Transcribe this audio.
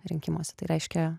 rinkimuose tai reiškia